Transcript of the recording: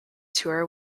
tour